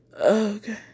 okay